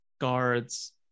guards